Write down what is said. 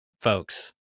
folks